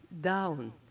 down